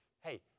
Hey